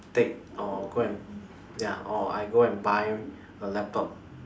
take or go and ya or I go and buy a laptop